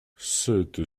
cette